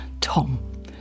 Tom